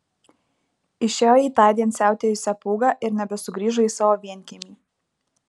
išėjo į tądien siautėjusią pūgą ir nebesugrįžo į savo vienkiemį